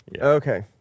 Okay